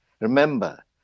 Remember